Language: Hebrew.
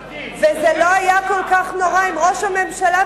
וזה לא היה כל כך נורא אם ראש הממשלה,